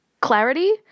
clarity